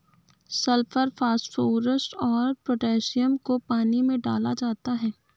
sulphur phosphorus और potassium को पानी में डाला जाता है